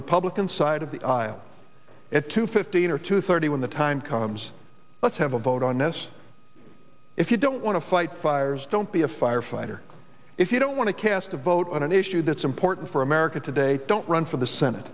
republican side of the aisle at two fifteen or two thirty when the time comes let's have a vote on this if you don't want to fight fires don't be a firefighter if you don't want to cast a vote on an issue that's important for america today don't run for the senate